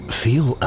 feel